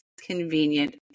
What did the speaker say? convenient